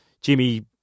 Jimmy